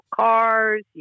cars